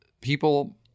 People